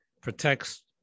protects